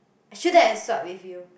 I shouldn't have swap with you